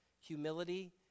Humility